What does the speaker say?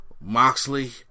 Moxley